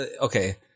okay